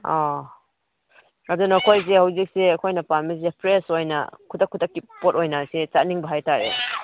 ꯑꯥ ꯑꯗꯨꯅ ꯑꯩꯈꯣꯏꯁꯦ ꯍꯧꯖꯤꯛꯁꯦ ꯑꯩꯈꯣꯏꯅ ꯄꯥꯝꯃꯤꯁꯦ ꯐ꯭ꯔꯦꯁ ꯑꯣꯏꯅ ꯈꯨꯗꯛ ꯈꯨꯗꯛꯀꯤ ꯄꯣꯠ ꯑꯣꯏꯅ ꯁꯦ ꯆꯥꯅꯤꯡꯕ ꯍꯥꯏꯇꯥꯔꯦ